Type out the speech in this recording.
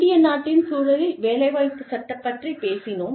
இந்திய நாட்டின் சூழலில் வேலைவாய்ப்பு சட்டம் பற்றிப் பேசினோம்